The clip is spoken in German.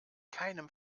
keinem